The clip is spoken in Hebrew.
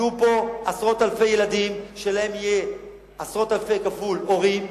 יהיו פה עשרות אלפי ילדים שלהם יהיו עשרות אלפי כפול הורים,